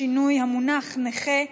שינוי המונח נכה),